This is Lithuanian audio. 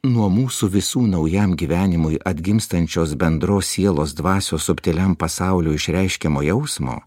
nuo mūsų visų naujam gyvenimui atgimstančios bendros sielos dvasios subtiliam pasaulio išreiškiamo jausmo